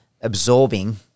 absorbing